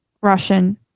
Russian